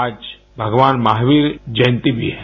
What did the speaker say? आज भगवान महावीर जयंती भी है